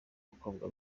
mukobwa